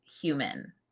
human